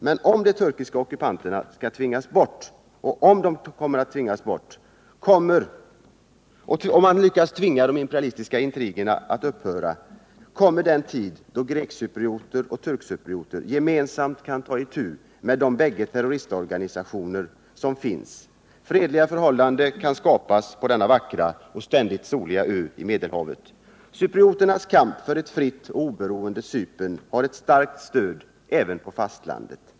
Men om de turkiska ockupanterna kan tvingas bort och de imperialistiska intrigerna kan tvingas upphöra, är den tid nära då grekcyprioter och turkcyprioter gemensamt kan ta itu med de bägge inhemska terroristorganisationerna och själva skapa fredliga förhållanden på den vackra och ständigt soliga ön i Medelhavet. Cyprioternas kamp för ett fritt och oberoende Cypern har ett starkt stöd även på fastlandet.